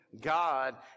God